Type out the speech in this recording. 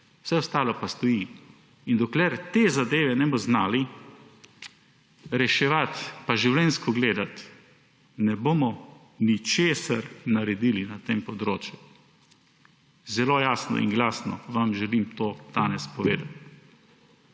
Vse ostalo pa stoji. In dokler te zadeve ne bomo znali reševati in življenjsko gledati, ne bomo ničesar naredili na tem področju. Zelo jasno in glasno vam želim to danes povedati.